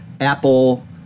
Apple